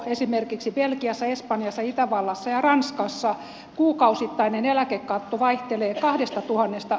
esimerkiksi belgiassa espanjassa itävallassa ja ranskassa kuukausittainen eläkekatto vaihtelee kahdesta tuhannesta